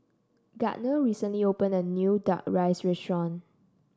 Gardner recently opened a new Duck Rice Restaurant